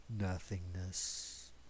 nothingness